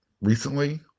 recently